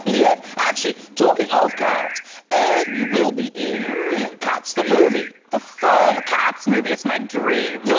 yet actually talking of cats ah you will be in cats the movie the full cats movie. it's my dream. no,